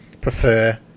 prefer